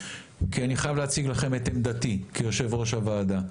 כי אני חייב להציג לכם את עמדתי כיושב-ראש הוועדה.